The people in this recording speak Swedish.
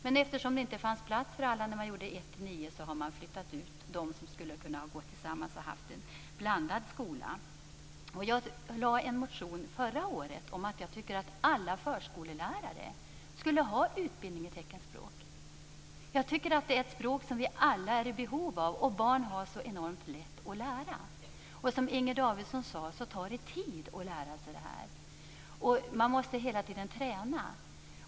Men eftersom det inte fanns plats för alla när man gjorde rum för årskurserna 1-9 har man flyttat ut dem som skulle ha gjort skolan till en blandad skola. Förra året skrev jag en motion om att jag tycker att alla förskollärare skulle ha utbildning i teckenspråk. Det är ett språk som vi alla är i behov av, och barn har så enormt lätt att lära. Som Inger Davidson sade tar det tid att lära sig, och man måste hela tiden träna.